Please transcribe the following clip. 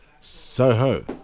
Soho